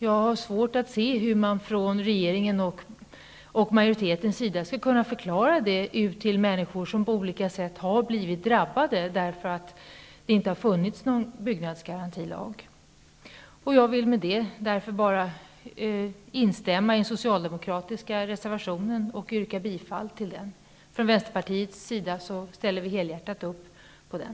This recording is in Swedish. Jag har svårt att se hur regeringen och majoriteten skall kunna förklara det för människor som på olika sätt har blivit drabbade därför att det inte har funnits någon byggnadsgarantilag. Med detta vill jag instämma i den socialdemokratiska reservationen och yrka bifall till den. Vänsterpartiet ställer helhjärtat upp på den.